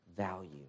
value